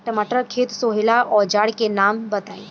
टमाटर के खेत सोहेला औजर के नाम बताई?